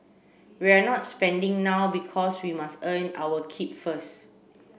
we're not spending now because we must earn our keep first